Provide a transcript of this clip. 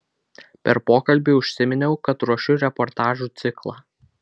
per pokalbį užsiminiau kad ruošiu reportažų ciklą